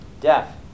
Death